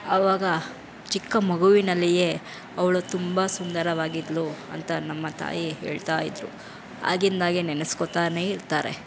ಆವಾಗ ಚಿಕ್ಕ ಮಗುವಿನಲ್ಲಿಯೇ ಅವಳು ತುಂಬ ಸುಂದರವಾಗಿದ್ದಳು ಅಂತ ನಮ್ಮ ತಾಯಿ ಹೇಳ್ತಾಯಿದ್ದರು ಆಗಿಂದಾಗೇ ನೆನೆಸ್ಕೊಳ್ತಾನೆ ಇರ್ತಾರೆ